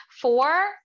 four